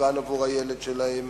מסוכן עבור הילד שלהם